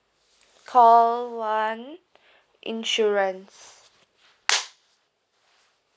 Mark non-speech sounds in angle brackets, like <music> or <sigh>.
call one insurance <noise>